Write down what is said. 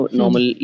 normal